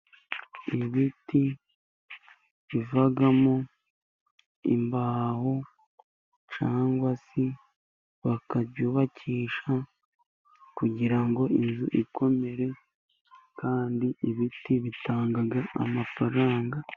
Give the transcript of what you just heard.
Ibiti bivamo imbaho cyangwa se bakabyubakisha kugira ngo inzu ikomere, kandi ibiti bitanga amafaranga.